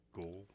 goal